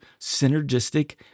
synergistic